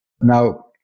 Now